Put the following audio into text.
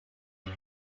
who